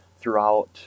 throughout